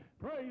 Praise